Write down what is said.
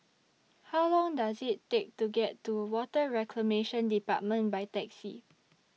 How Long Does IT Take to get to Water Reclamation department By Taxi